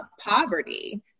poverty